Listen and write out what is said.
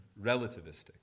relativistic